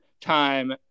time